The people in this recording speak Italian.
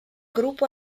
gruppo